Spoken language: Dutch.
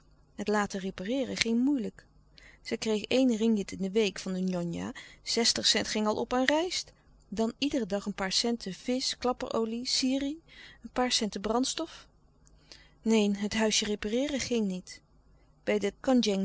het laten repareeren ging moeilijk zij kreeg een ringgit in de week van de njonja zestig cent ging al op aan rijst dan iederen dag een paar centen visch klapperolie sirih een paar centen brandstof neen het huisje repareeren ging niet bij de